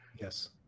Yes